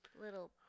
little